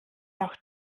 auch